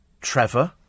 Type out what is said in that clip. Trevor